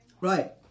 Right